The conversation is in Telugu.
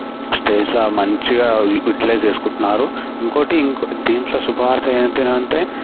మంచిగా యుటిలైజ్ చేసుకుంటున్నారు ఇంకొకటి దీంట్లో శుభవార్త ఏంటి అని అంటే